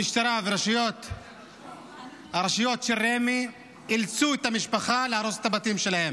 המשטרה והרשויות של רמ"י אילצו את המשפחה להרוס את הבתים שלהם,